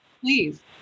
Please